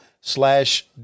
slash